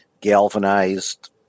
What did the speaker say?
galvanized